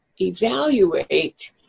evaluate